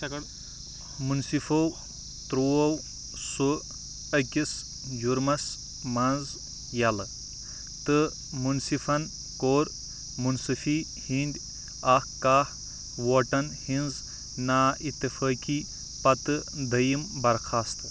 مُنصِفو ترٛوو سُہ أکِس جُرمس منٛز یَلہٕ تہٕ مُنصِفن کوٚر مُنصِفی ہِنٛدۍ اَکھ اَکھ ووٹن ہٕنٛز نا اِتفٲقی پَتہٕ دوٚیِم برخاست